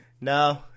No